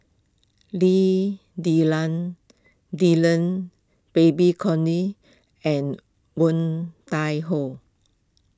Lim Denan Denon Babes Conde and Woon Tai Ho